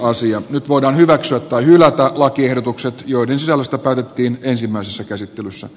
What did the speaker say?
asia voidaan hyväksyä tai hylätä lakiehdotukset joiden sisällöstä päätettiin ensimmäisessä käsittelyssä